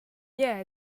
yeah